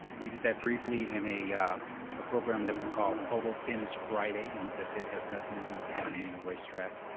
we did that briefly in a a program that we call photo finish friday, and as i said it has nothing to do with santa anita race track,